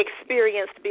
experienced